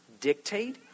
dictate